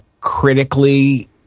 critically